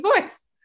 voice